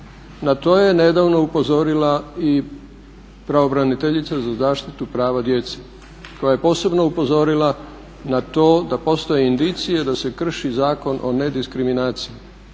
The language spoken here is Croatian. Na to je nedavno upozorila i pravobraniteljica za zaštitu prava djece koja je posebno upozorila na to da postoji indicije da se krši Zakon o ne diskriminaciji.